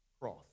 Cross